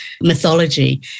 mythology